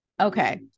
Okay